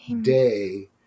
day